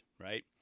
right